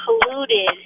polluted